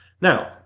Now